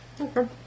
Okay